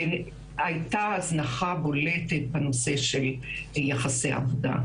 והייתה הזנחה בולטת בנושא של יחסי עבודה.